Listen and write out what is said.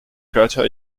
crater